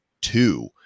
two